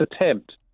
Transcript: attempt